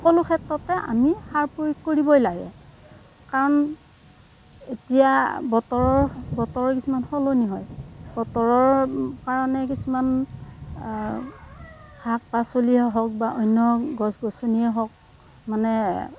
সকলো ক্ষেত্ৰতে আমি সাৰ প্ৰয়োগ কৰিবই লাগে কাৰণ এতিয়া বতৰৰ বতৰৰ কিছুমান সলনি হয় বতৰৰ কাৰণে কিছুমান শাক পাচলিয়ে হওক বা অন্য গছ গছনিয়েই হওক মানে